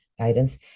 guidance